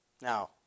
Now